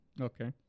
Okay